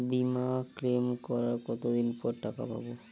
বিমা ক্লেম করার কতদিন পর টাকা পাব?